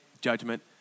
judgment